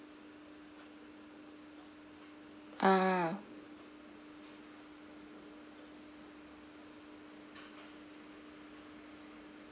ah